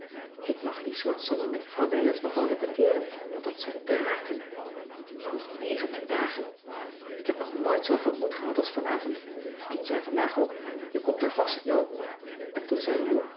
ik mag die soort sommen met juffrouw wijers nog wel repeteeren want dat zijn draken nog negentien dagen ik heb nog nooit zooveel moed gehad als vanavond pien zei vandaag ook je komt er vast joop en toen zei lou